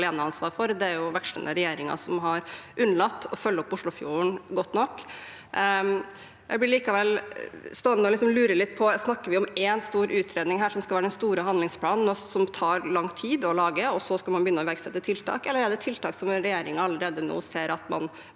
har ansvar for, det er vekslende regjeringer som har unnlatt å følge opp Oslofjorden godt nok. Jeg blir likevel stående og lure litt på om vi snakker om én stor utredning som skal være den store handlingsplanen, som tar lang tid å lage, og at man så skal begynne å iverksette tiltak, eller om det er tiltak regjeringen allerede nå ser at man